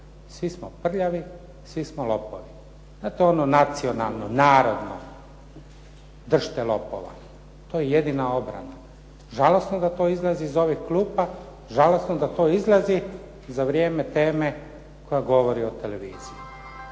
svi smo prljavi, svi smo lopovi. Znate ono nacionalno, narodno "drž'te lopova". To je jedina obrana. Žalosno da to izlazi iz ovih klupa, žalosno da to izlazi za vrijeme teme koja govori o televiziji.